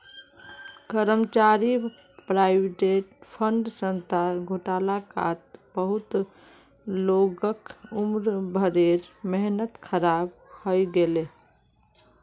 कर्मचारी provident fund संस्थार घोटालात बहुत लोगक उम्र भरेर मेहनत ख़राब हइ गेले